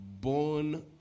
born